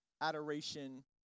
adoration